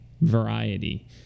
variety